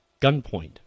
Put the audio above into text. gunpoint